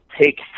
take